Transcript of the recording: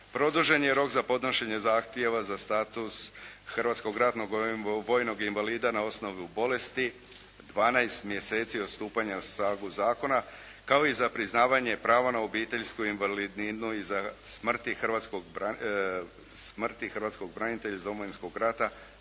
Produžen je rok za podnošenje zahtjeva za status hrvatskog ratnog vojnog invalida na osnovu bolesti, 12 mjeseci od stupanja na snagu zakona kao i za priznavanje prava na obiteljsku invalidninu smrti hrvatskog branitelja iz Domovinskog rata